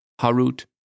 Harut